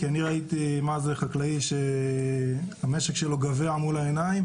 כי אני ראיתי מה זה חקלאי שהמשק שלו גווע מול העיניים